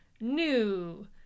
New